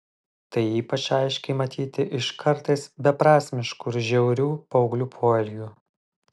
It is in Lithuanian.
tai ypač aiškiai matyti iš kartais beprasmiškų ir žiaurių paauglių poelgių